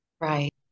Right